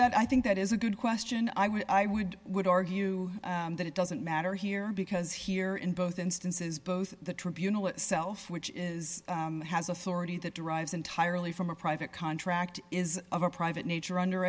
that i think that is a good question i would i would would argue that it doesn't matter here because here in both instances both the tribunal itself which is has authority that derives entirely from a private contract is of a private nature under